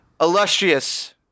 illustrious